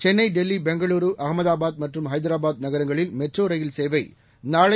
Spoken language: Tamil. சென்னை டெல்லி பெங்களூரு அகமதாபாத் மற்றும் ஐதராபாத் நகரங்களில் மெட்ரோ ரயில் சேவை நாளை செப்